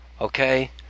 Okay